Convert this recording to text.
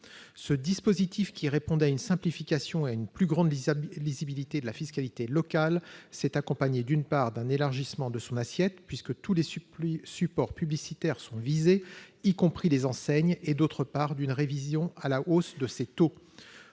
Ce dispositif, qui répondait à une simplification et à une plus grande lisibilité de la fiscalité locale, s'est accompagné, d'une part, d'un élargissement de son assiette puisque tous les supports publicitaires sont visés, y compris les enseignes, d'autre part, d'une révision à la hausse de ses taux.